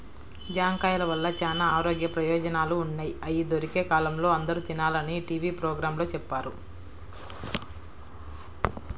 జాంకాయల వల్ల చానా ఆరోగ్య ప్రయోజనాలు ఉన్నయ్, అయ్యి దొరికే కాలంలో అందరూ తినాలని టీవీ పోగ్రాంలో చెప్పారు